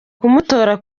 kumutora